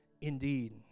Indeed